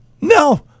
No